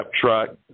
truck